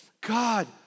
God